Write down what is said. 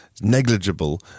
negligible